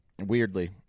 weirdly